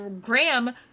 Graham